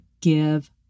give